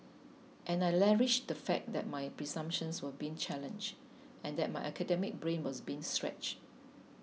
and I relished the fact that my presumptions were being challenged and that my academic brain was being stretched